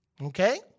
Okay